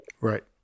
Right